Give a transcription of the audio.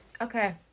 Okay